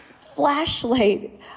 flashlight